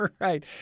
right